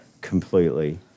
completely